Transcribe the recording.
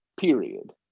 Period